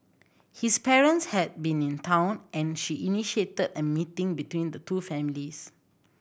his parents had been in town and she initiated a meeting between the two families